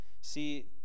See